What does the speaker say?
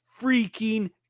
freaking